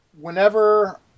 whenever